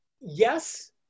Yes